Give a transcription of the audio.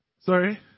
sorry